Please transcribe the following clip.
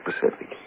Pacific